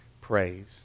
praise